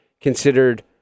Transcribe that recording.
considered